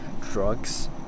drugs